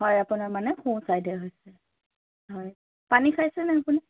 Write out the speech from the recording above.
হয় আপোনাৰ মানে সোঁ চাইডে হৈছে হয় পানী খাইছে নে আপুনি